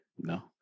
No